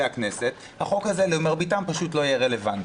הכנסת שהחוק הזה למרביתם פשוט לא יהיה רלוונטי.